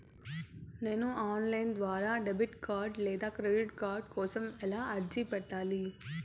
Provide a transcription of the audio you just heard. నేను online ద్వారా debit card లేదా క్రెడిట్ కార్డు కోసం ఎలా అర్జీ పెట్టాలి?